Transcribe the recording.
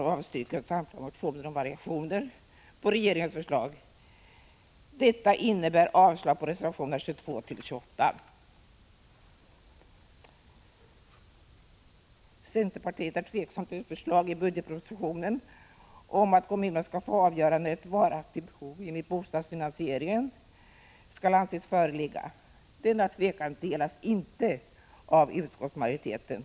Jag avstyrker samtliga motioner om variationer på regeringens förslag. Detta innebär avslag på reservationerna 221t.0.m. 28. Centerpartiet är tveksamt till ett förslag i budgetpropositionen om att kommunerna skall få avgöra när ett varaktigt behov enligt bostadsfinansieringen skall anses föreligga. Denna tvekan delas inte av utskottsmajoriteten.